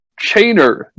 Chainer